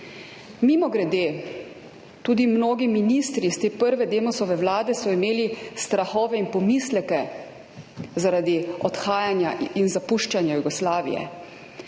Mimogrede, tudi mnogi ministri iz te prve Demosove vlade so imeli strahove in pomisleke zaradi odhajanja in zapuščanja Jugoslavije.